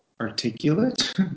articulate